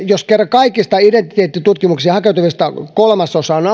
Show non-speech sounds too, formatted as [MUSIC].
jos kerran kaikista identiteettitutkimuksiin hakeutuvista kolmasosa on [UNINTELLIGIBLE]